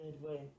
midway